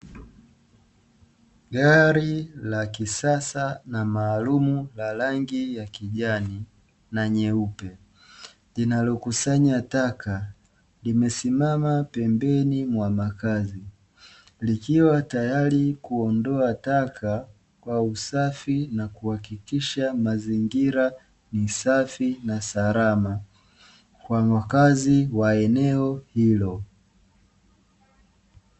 Gari la kisasa na maalumu la rangi ya kijani na nyeupe, linalo kusanya taka limesimama pembeni mwa makazi, likiwa tayari kuondoa taka kwa usafi na kuhakikisha mazingira ni safi na salama kwa wakazi wa eneo hilo.